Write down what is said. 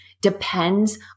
depends